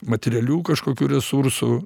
materialių kažkokių resursų